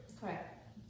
Correct